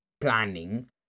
planning